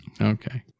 Okay